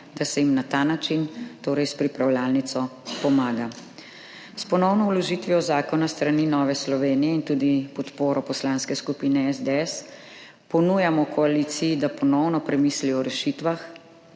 da se jim na ta način, torej s pripravljalnico, pomaga. S ponovno vložitvijo zakona s strani Nove Slovenije in tudi podporo Poslanske skupine SDS ponujamo koaliciji, da ponovno premisli o rešitvah.